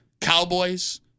Cowboys